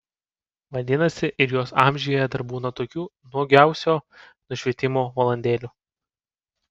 vadinasi ir jos amžiuje dar būna tokių nuogiausio nušvitimo valandėlių